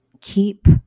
keep